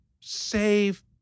save